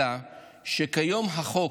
אלא שכיום החוק